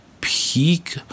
peak